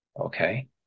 okay